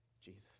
Jesus